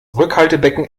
rückhaltebecken